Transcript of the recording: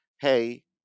hey